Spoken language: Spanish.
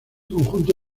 conjunto